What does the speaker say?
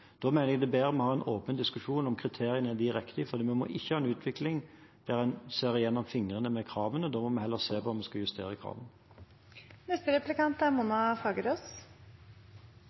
Da mener jeg det er bedre at vi har en åpen diskusjon om kriteriene direkte, for vi må ikke ha en utvikling der en ser gjennom fingrene med kravene, da må vi heller se på om vi skal justere kravene. Det er